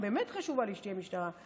באמת חשוב לי שתהיה משטרה,